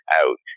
out